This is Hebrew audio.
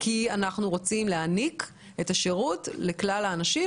כי אנחנו רוצים להעניק את השירות לכלל האנשים